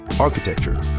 architecture